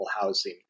housing